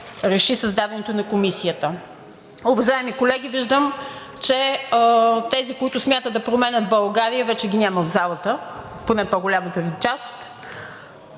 реши създаването на Комисията. Уважаеми колеги, виждам, че тези, които смятат да променят България, вече ги няма в залата, поне по-голямата част.